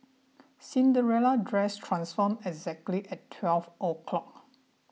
Cinderella dress transformed exactly at twelve o' clock